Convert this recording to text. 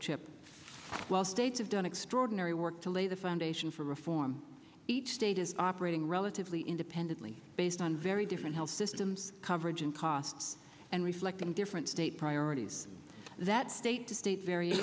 states have done extraordinary work to lay the foundation for reform each state is operating relatively independently based on very different health systems coverage and costs and reflecting different state priorities that state the state very